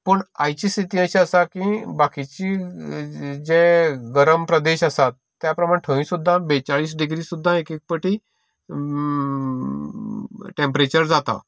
पूण आयची स्थिती अशी आसा की बाकिचीं जे गरम प्रदेश आसात त्या प्रमाणें थंय सुद्दां बेचाळीस डिग्री सुद्दां एक एक पावटी टेंपरेचर जाता